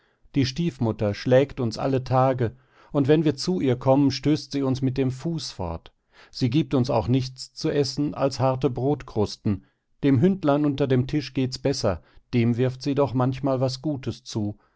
die stiefmutter schlägt uns alle tage und wenn wir zu ihr kommen stößt sie uns mit dem fuß fort sie giebt uns auch nichts zu essen als harte brotkrusten dem hündlein unter dem tisch gehts besser dem wirft sie doch manchmal was gutes zu